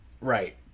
Right